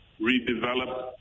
redevelop